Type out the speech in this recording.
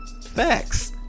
facts